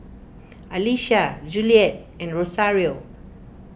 Alisha Juliet and Rosario